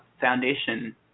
foundation